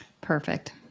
Perfect